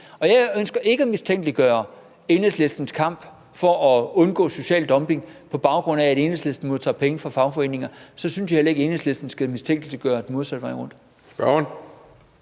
Jeg ønsker ikke at mistænkeliggøre Enhedslistens kamp for at undgå social dumping, på baggrund af at Enhedslisten modtager penge fra fagforeninger. Så synes jeg heller ikke, Enhedslisten skal mistænkeliggøre den modsatte vej rundt.